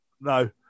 No